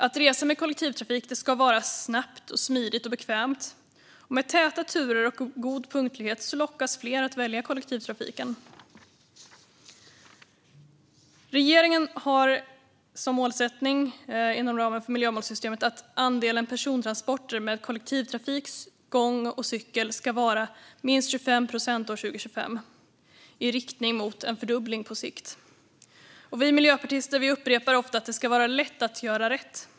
Att resa med kollektivtrafik ska vara snabbt, smidigt och bekvämt. Med täta turer och god punktlighet lockas fler att välja kollektivtrafiken. Regeringen har som mål inom ramen för miljömålssystemet att andelen persontransporter med kollektivtrafik, gång och cykel ska vara minst 25 procent år 2025 i riktning mot en fördubbling på sikt. Vi miljöpartister upprepar ofta att det ska vara lätt att göra rätt.